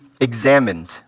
examined